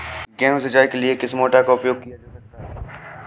गेहूँ सिंचाई के लिए किस मोटर का उपयोग किया जा सकता है?